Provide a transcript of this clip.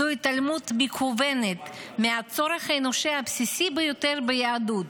זו התעלמות מכוונת מהצורך האנושי הבסיסי ביותר ביהדות,